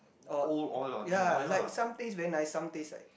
or ya like some taste very nice some taste like